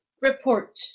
report